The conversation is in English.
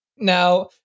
Now